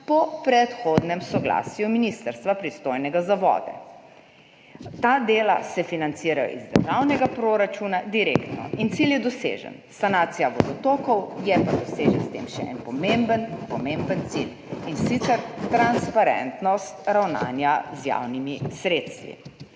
po predhodnem soglasju ministrstva, pristojnega za vode. Ta dela se financirajo iz državnega proračuna direktno in cilj je dosežen – sanacija vodotokov. Je pa dosežen s tem še en pomemben cilj, in sicer transparentnost ravnanja z javnimi sredstvi.